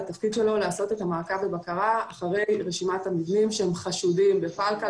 התפקיד שלו לעשות מעקב ובקרה אחרי רשימת המבנים שחשודים בפלקל